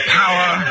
power